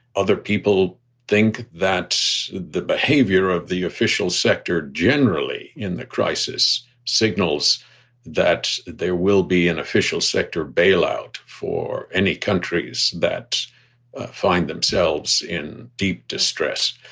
other people think that the behavior of the official sector generally in the crisis signals that there will be an official sector bailout for any countries that find themselves in deep distress.